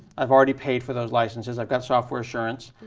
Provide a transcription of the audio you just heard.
i've already paid for those licenses, i've got software assurance,